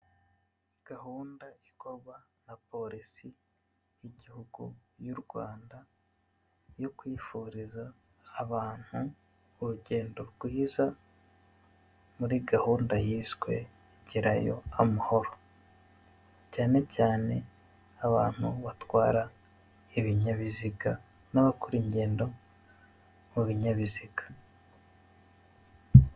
Ni gahunda ikorwa na polisi y'igihugu y'u Rwanda yo kwifuriza abantu urugendo rwiza muri gahunda yiswe Gerayo Amahoro cyane cyane abantu batwara ibinyabiziga n'abakora ingendo mu binyabiziga.